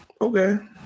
Okay